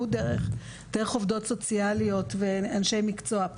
דרך עובדות סוציאליות ואנשי מקצוע,